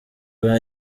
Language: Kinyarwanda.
bwa